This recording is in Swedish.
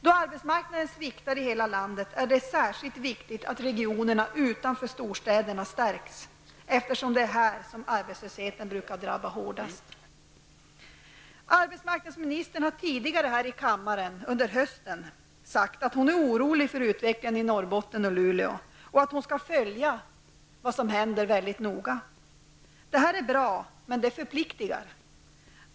Då arbetsmarknaden sviktar i hela landet är det särskilt viktigt att regionerna utanför storstäderna stärks, eftersom det är här som arbetslösheten brukar drabba hårdast. Arbetsmarknadsministern har tidigare under hösten sagt här i kammaren att hon är orolig för utvecklingen i Norrbotten och Luleå och att hon skall följa vad som sker mycket noga. Det är bra, men det förpliktigar.